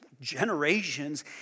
generations